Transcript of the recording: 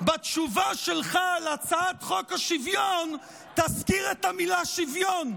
בתשובה שלך על הצעת חוק השוויון תזכיר את המילה שוויון.